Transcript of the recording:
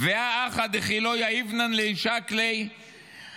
"והא הכא דכי לא יהבינן ליה שקלי איהו